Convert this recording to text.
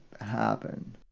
happen